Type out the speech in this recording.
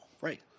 Right